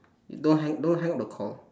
don't hang don't hang up the call